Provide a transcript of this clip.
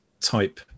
type